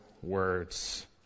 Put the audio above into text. words